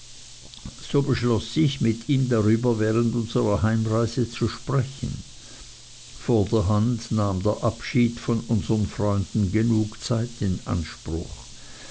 so beschloß ich mit ihm darüber während unserer heimreise zu sprechen vorderhand nahm der abschied von unsern freunden genug zeit in anspruch